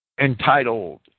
entitled